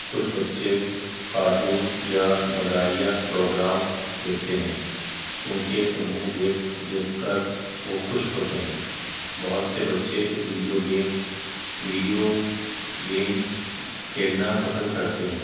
کچھ بچے کارٹون یا مزاحیہ پروگرام دیکھتے ہیں کیونکہ انہیں دیکھ دیکھ کر وہ خوش ہوتے ہیں بہت سے بچے ویڈیو گیم ویڈیو گیمس کھیلنا پسند کرتے ہیں